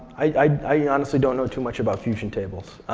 i honestly don't know too much about fusion tables.